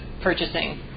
purchasing